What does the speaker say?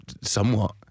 somewhat